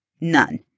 None